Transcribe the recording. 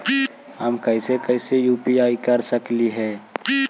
हम कैसे कैसे यु.पी.आई कर सकली हे?